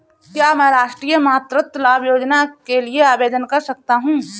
क्या मैं राष्ट्रीय मातृत्व लाभ योजना के लिए आवेदन कर सकता हूँ?